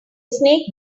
snake